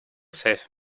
save